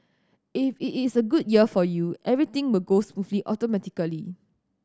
if it is a good year for you everything will go smoothly automatically